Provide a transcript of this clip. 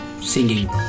singing